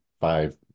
five